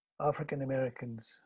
African-Americans